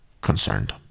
concerned